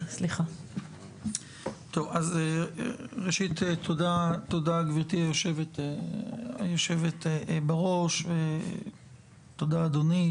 ראשית, תודה גבירתי היושבת-ראש, תודה אדוני.